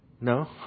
No